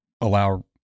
allow